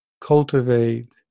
cultivate